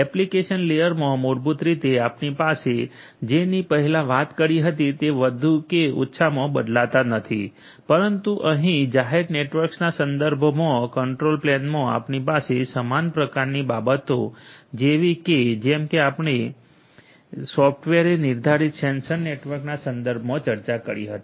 application લેયરમાં મૂળભૂત રીતે આપણી પાસે આપણે જેની પહેલાં વાત કરી હતી તે વધુ કે ઓછામાં બદલાતા નથી પરંતુ અહીં જાહેર નેટવર્ક્સના સંદર્ભમાં કંટ્રોલ પ્લેનમાં આપણી પાસે સમાન પ્રકારની બાબતો જેવી છે જેમ કે આપણે સોફ્ટવેરે નિર્ધારિત સેન્સર નેટવર્કના સંદર્ભ ચર્ચા કરી હતી